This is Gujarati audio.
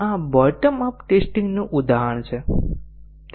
આ બોટમ અપ ટેસ્ટિંગનું ઉદાહરણ છે